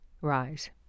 RISE